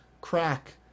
crack